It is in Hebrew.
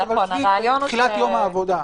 תחילת יום העבודה.